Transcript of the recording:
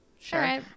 sure